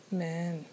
Amen